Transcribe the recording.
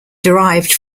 derived